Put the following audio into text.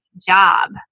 job